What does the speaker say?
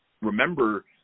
remember